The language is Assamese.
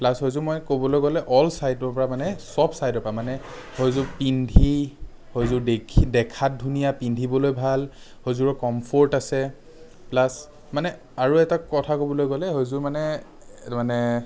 প্লাছ সেইযোৰ মই ক'বলৈ গ'লে অল চাইডৰ পৰা মানে চব চাইডৰ পৰা মানে সেইযোৰ পিন্ধি সেইযোৰ দেখি দেখাত ধুনীয়া পিন্ধিবলৈ ভাল সেইযোৰৰ কম্ফ'ৰ্ট আছে প্লাছ মানে আৰু এটা কথা ক'বলৈ গ'লে সেইযোৰ মানে মানে